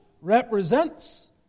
represents